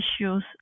issues